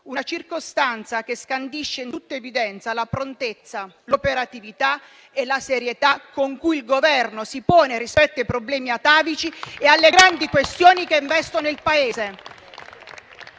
una circostanza che scandisce in tutta evidenza la prontezza, l'operatività e la serietà con cui il Governo si pone rispetto ai problemi atavici e alle grandi questioni che investono il Paese.